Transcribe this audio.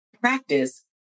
practice